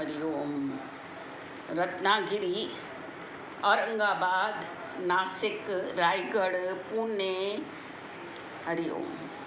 Hari Om Ratnagiri Aurangabad Nashik Raigad Pune Hari Om